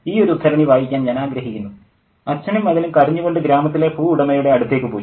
ഈ ഒരു ഉദ്ധരണി വായിക്കാൻ ഞാൻ ആഗ്രഹിക്കുന്നു "അച്ഛനും മകനും കരഞ്ഞുകൊണ്ട് ഗ്രാമത്തിലെ ഭൂവുടമയുടെ അടുത്തേക്ക് പോയി